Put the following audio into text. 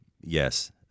yes